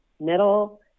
middle